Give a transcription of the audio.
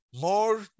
more